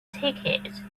ticket